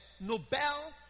Nobel